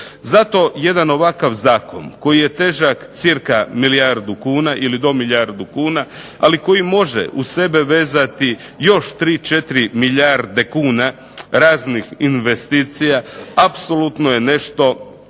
Zato jedan ovakav zakon koji je težak cca do milijardu kuna, ali koji može uz sebe vezati još 3, 4 milijarde kuna raznih investicija, apsolutno je nešto